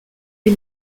les